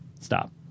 Stop